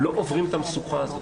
לא עוברים את המשוכה הזאת.